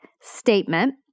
statement